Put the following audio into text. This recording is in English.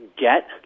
get